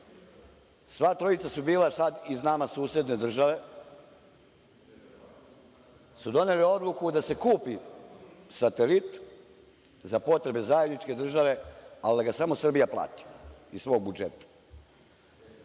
sva trojica su bila iz nama susedne države, doneli su odluku da se kupi Satelit za potrebe zajedničke države, a da ga samo Srbija plati iz svog budžeta. Satelit